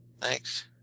Thanks